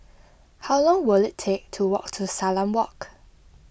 how long will it take to walk to Salam Walk